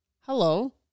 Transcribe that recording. hello